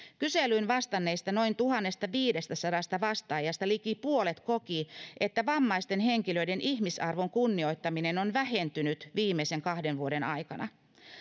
kyselyyn vastanneista noin tuhannestaviidestäsadasta vastaajasta liki puolet koki että vammaisten henkilöiden ihmisarvon kunnioittaminen on vähentynyt viimeisten kahden vuoden aikana